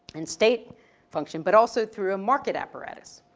and state function, but also through a market apparatus.